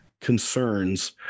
concerns